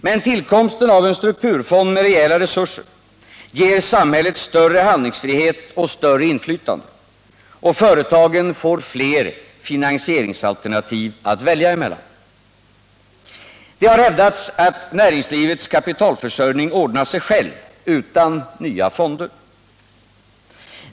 Men tillkomsten av en strukturfond med rejäla resurser ger samhället större handlingsfrihet och ökat inflytande — och företagen får fler finansieringsalternativ att välja mellan. Det har hävdats att näringslivets kapitalförsörjning ordnar sig själv, utan nya fonder.